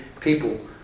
people